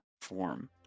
form